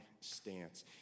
stance